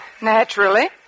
Naturally